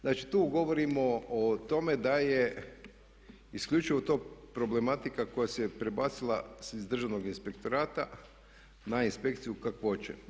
Znači, tu govorimo o tome da je isključivo to problematika koja se prebacila iz Državnog inspektorata na Inspekciju kakvoće.